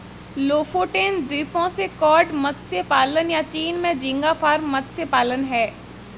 Lofoten द्वीपों से cod मत्स्य पालन, या चीन में झींगा फार्म मत्स्य पालन हैं